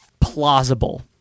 plausible